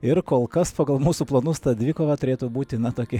ir kol kas pagal mūsų planus ta dvikova turėtų būti na tokia